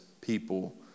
people